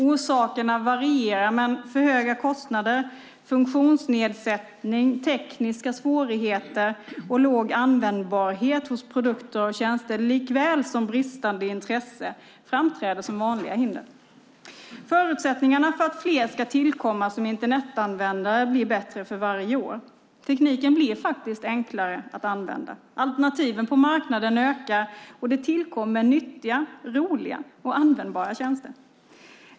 Orsakerna varierar men för höga kostnader, funktionsnedsättning, tekniska svårigheter och låg användbarhet hos produkter och tjänster likväl som bristande intresse framträder som vanliga hinder. Förutsättningarna för att fler ska tillkomma som Internetanvändare blir bättre för varje år. Tekniken blir faktiskt enklare att använda, alternativen på marknaden ökar och det tillkommer nyttiga, roliga och användbara tjänster.